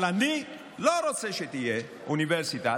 אבל אני לא רוצה שתהיה אוניברסיטה.